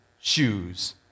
shoes